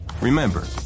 Remember